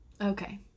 Okay